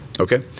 okay